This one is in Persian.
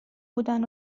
بودن